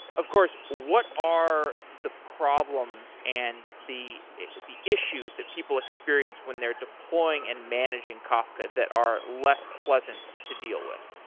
of course, what are the problems and the the issues that people experience when they're deploying and managing kafka that are less pleasant to deal with?